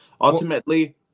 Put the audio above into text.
ultimately